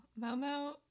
Momo